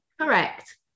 correct